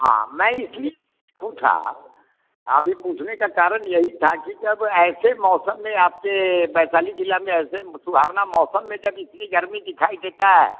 हाँ मैं इसलिए पूछा अभी पूछने का कारण यही था कि जब ऐसे मौसम में आपके वैशाली ज़िले में ऐसे सुहावना मौसम में जब इतनी गर्मी दिखाई देता है